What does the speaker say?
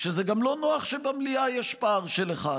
שזה גם לא נוח שבמליאה יש פער של אחד